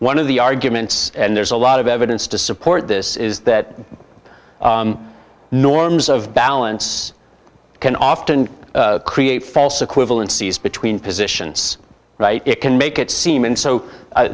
one of the arguments and there's a lot of evidence to support this is that norms of balance can often create false equivalency between positions right it can make it seem and so